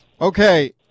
Okay